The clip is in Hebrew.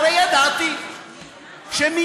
הרי ידעתי שמייד